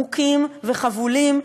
מוכים וחבולים,